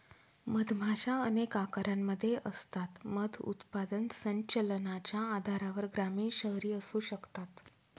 मधमाशा अनेक आकारांमध्ये असतात, मध उत्पादन संचलनाच्या आधारावर ग्रामीण, शहरी असू शकतात